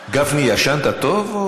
גפני, ישנת טוב?